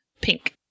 pink